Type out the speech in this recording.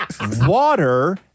water